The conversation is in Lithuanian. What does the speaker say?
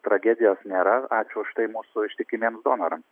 tragedijos nėra ačiū už tai mūsų ištikimiems donorams